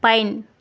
pine